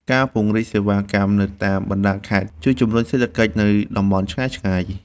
ការពង្រីកសេវាកម្មទៅតាមបណ្ដាខេត្ត ជួយជំរុញសេដ្ឋកិច្ចនៅតំបន់ឆ្ងាយៗ។